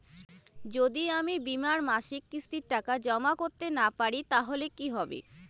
যদি আমি বীমার মাসিক কিস্তির টাকা জমা করতে না পারি তাহলে কি হবে?